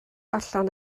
allan